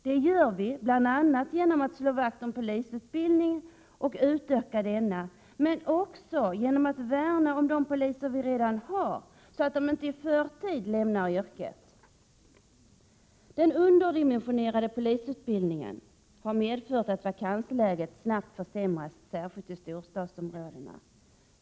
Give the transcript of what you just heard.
Det vill vi göra genom att slå vakt om polisutbildningen och utöka denna men också genom att värna om de poliser vi redan har, så att de inte i förtid lämnar yrket. Den underdimensionerade polisutbildningen har medfört att vakansläget snabbt försämrats särskilt i storstadsområdena.